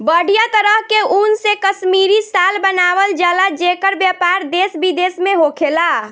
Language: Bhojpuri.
बढ़िया तरह के ऊन से कश्मीरी शाल बनावल जला जेकर व्यापार देश विदेश में होखेला